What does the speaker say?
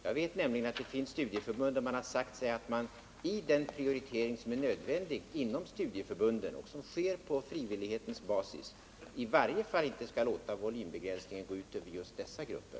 Jag vet nämligen att det finns studieförbund som har sagt att man i den prioritering som är nödvändig inom studieförbunden och som sker på frivillighetens basis i varje fall inte skall låta volymbegränsningen gå ut över just dessa grupper.